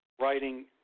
writing